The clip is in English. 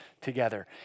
Together